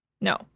No